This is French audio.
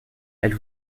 elle